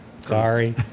sorry